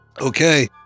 Okay